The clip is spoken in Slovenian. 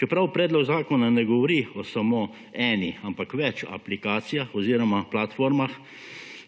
Čeprav predlog zakona ne govori o samo eni, ampak več aplikacijah oziroma platformah,